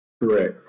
Correct